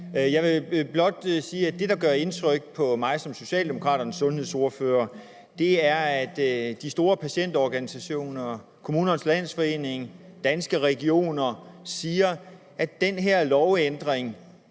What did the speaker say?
Jeg vil blot sige, at det, der gør indtryk på mig som Socialdemokraternes sundhedsordfører, er, at de store patientorganisationer, Kommunernes Landsforening og Danske Regioner siger, at den her lovændring